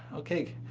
okay.